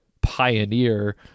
pioneer